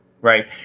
right